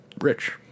rich